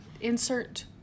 Insert